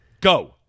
Go